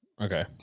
Okay